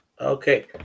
Okay